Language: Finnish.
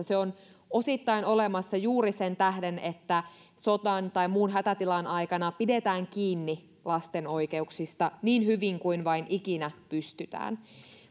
se on osittain olemassa juuri sen tähden että sodan tai muun hätätilan aikana pidetään kiinni lasten oikeuksista niin hyvin kuin vain ikinä pystytään